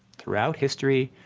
throughout history,